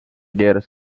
keeras